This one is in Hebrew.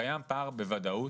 קיים פער בוודאות,